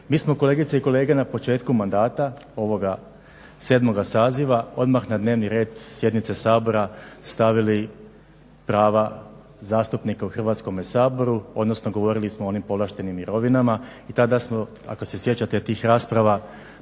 Mi smo kolegice i kolege na početku mandata ovog 7.saziva odmah na dnevni red sjednice Sabora stavili prava zastupnika u Hrvatskome saboru odnosno govorili smo o onim povlaštenim mirovinama i tada smo ako se sjećate tih rasprava